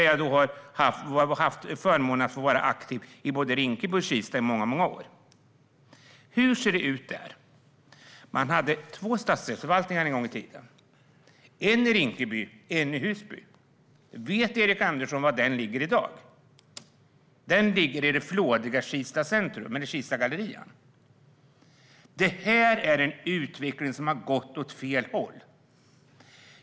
Jag har haft förmånen att vara aktiv i både Rinkeby och Kista i många år. Hur ser det ut där? En gång i tiden hade man två stadsdelsförvaltningar, en i Rinkeby och en i Husby. Vet Erik Andersson var den ligger i dag? Jo, i den flådiga Kistagallerian. Utvecklingen har gått åt fel håll.